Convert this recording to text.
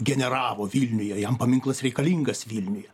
generavo vilniuje jam paminklas reikalingas vilniuje